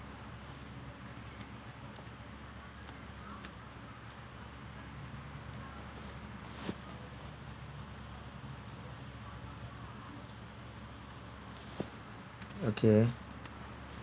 okay